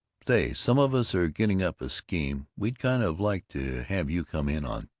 say, some of us are getting up a scheme we'd kind of like to have you come in on.